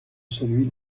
celui